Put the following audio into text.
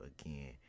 again